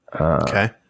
okay